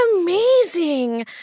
amazing